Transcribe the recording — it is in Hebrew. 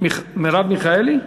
מרב מיכאלי.